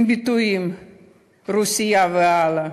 עם ביטויים "רוסייה" וכן הלאה,